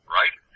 right